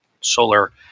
solar